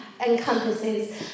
encompasses